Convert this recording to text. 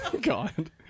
God